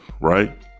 right